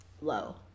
low